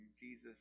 Jesus